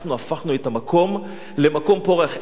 אנחנו הפכנו את המקום למקום פורח.